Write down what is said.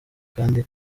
kandi